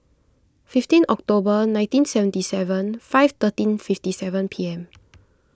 fifteen October nineteen seventy seven five thirteen fifty seven P M